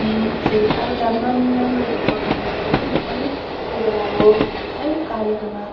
के अरे एउटा मेम् मेम्बर हुनुको कारणले गर्दा म पनि कोहीबेला अब है कार्यक्रममा